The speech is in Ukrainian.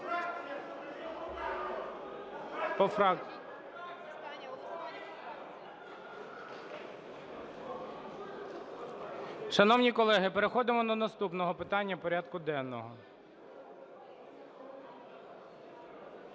Шановні колеги, переходимо до наступного питання порядку денного.